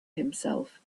himself